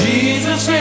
Jesus